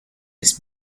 ist